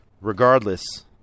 Regardless